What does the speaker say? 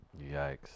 Yikes